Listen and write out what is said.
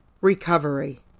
recovery